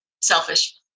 selfish